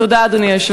תודה, אדוני היושב-ראש.